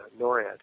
NORAD